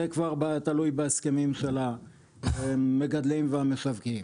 זה כבר תלוי בהסכמים של המגדלים והמשווקים.